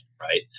Right